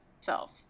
self